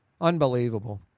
Unbelievable